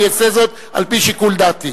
אני אעשה זאת על-פי שיקול דעתי.